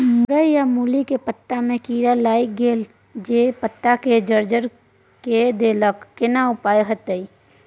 मूरई आ मूली के पत्ता में कीरा लाईग गेल जे पत्ता के जर्जर के देलक केना उपाय होतय?